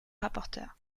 rapporteur